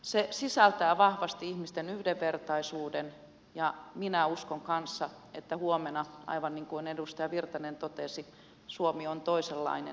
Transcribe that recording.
se sisältää vahvasti ihmisten yhdenvertaisuuden ja minä uskon kanssa että huomenna aivan niin kuin edustaja virtanen totesi suomi on toisenlainen